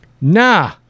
Nah